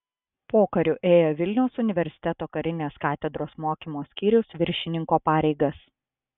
pokariu ėjo vilniaus universiteto karinės katedros mokymo skyriaus viršininko pareigas